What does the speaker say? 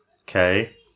okay